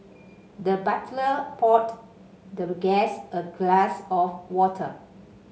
the butler poured the guest a glass of water